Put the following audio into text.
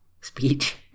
speech